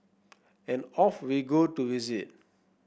and off we go to visit